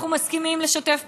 אנחנו מסכימים לשתף פעולה,